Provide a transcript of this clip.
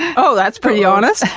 oh that's pretty honest.